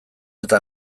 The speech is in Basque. eta